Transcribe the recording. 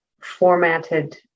formatted